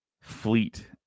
fleet